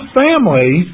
family